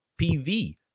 PV